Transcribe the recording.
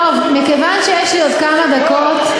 טוב, מכיוון שיש לי עוד כמה דקות,